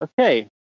okay